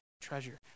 treasure